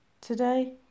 Today